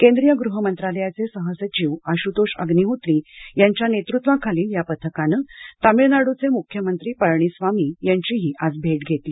केंद्रीय गृह मंत्रालयाचे सहसचिव आशुतोष अग्निहोत्री यांच्या नेतृत्वाखालील या पथकानं तमिळनाडूचे मुख्यमंत्री पळणीस्वामी यांचीही आज भेट घेतली